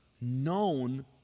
known